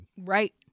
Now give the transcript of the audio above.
Right